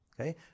okay